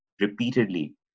repeatedly